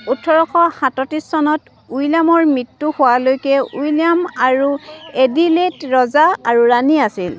ওঠৰশ সাতত্ৰিশ চনত উইলিয়ামৰ মৃত্যু হোৱালৈকে উইলিয়াম আৰু এডিলেইড ৰজা আৰু ৰাণী আছিল